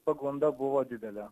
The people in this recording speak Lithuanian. pagunda buvo didelė